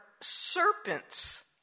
serpents